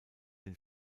den